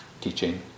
teaching